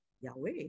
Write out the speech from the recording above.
Yahweh